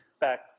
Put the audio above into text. back